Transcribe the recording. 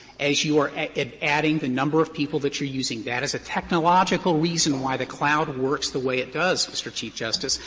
as you are adding the number of people that you're using. that is a technological reason why the cloud works the way it does, mr. chief justice.